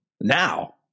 now